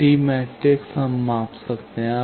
अब T matrix हम माप सकते हैं